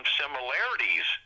similarities